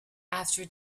after